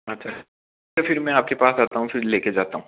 अच्छा तो फिर मैं आपके पास आता हूँ फिर लेके जाता हूँ